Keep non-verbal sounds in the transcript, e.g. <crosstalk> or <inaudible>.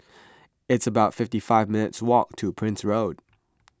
<noise> it's about fifty five minutes' walk to Prince Road